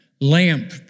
lamp